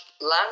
land